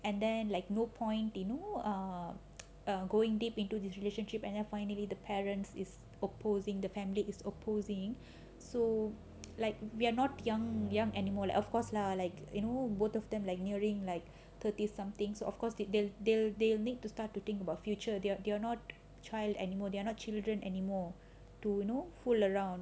and then like no point you know err err going deep into this relationship and then finally the parents is opposing the family is opposing so like we're not young young anymore lah of course lah like you know both of them like nearing like thirty something so of course they they'll they'll they need to start to think about future there they're not child anymore they're not children anymore to no fool around